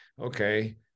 okay